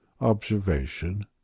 observation